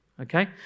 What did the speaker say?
okay